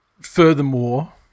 Furthermore